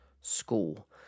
School